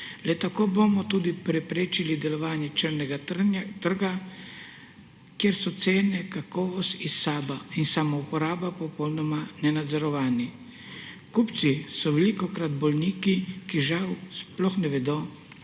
Le tako bomo tudi preprečili delovanje črnega trga, kjer so cene, kakovost in samouporaba popolnoma nenadzorovani. Kupci so velikokrat bolniki, ki žal sploh ne vedo,